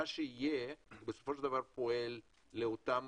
מה שיהיה בסופו של דבר פועל לאותם